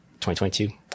2022